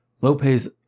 lopez